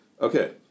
Okay